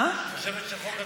את חושבת שהחוק הזה חוק רע?